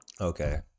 Okay